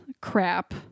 crap